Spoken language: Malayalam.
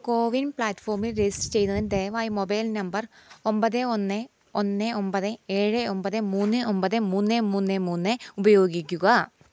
കോവിൻ പ്ലാറ്റ്ഫോമിൽ രെജിസ്റ്റർ ചെയ്യുന്നതിന് ദയവായി മൊബൈൽ നമ്പർ ഒൻപത് ഒന്ന് ഒന്ന് ഒൻപത് ഏഴ് ഒൻപത് മൂന്ന് ഒൻപത് മൂന്ന് മൂന്ന് മൂന്ന് ഉപയോഗിക്കുക